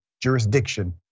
jurisdiction